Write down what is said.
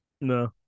no